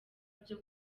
byo